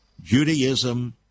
Judaism